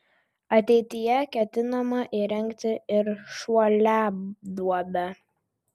ateityje ketinama įrengti ir šuoliaduobę